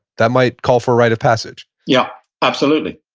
that might call for a rite of passage yeah absolutely.